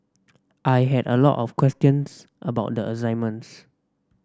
I had a lot of questions about the assignments